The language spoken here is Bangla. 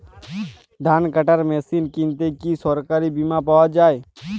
ধান কাটার মেশিন কিনতে কি সরকারী বিমা পাওয়া যায়?